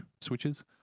Switches